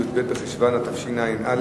י"ב בחשוון התשע"א,